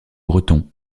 breton